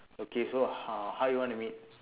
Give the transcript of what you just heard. okay so how how you want to meet